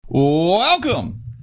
Welcome